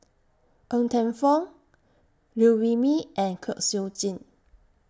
Ng Teng Fong Liew Wee Mee and Kwek Siew Jin